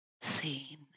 Seen